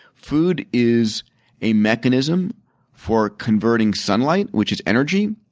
food is a mechanism for converting sunlight, which is energy,